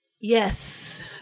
Yes